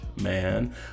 man